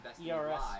ERS